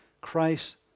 Christ